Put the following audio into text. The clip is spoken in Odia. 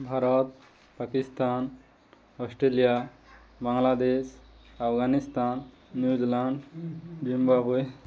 Bharat Pakistan Australia Bangladesh Afghanistan New Zealand Zimbabwe